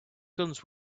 guns